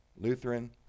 Lutheran